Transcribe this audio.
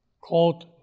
quote